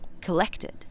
collected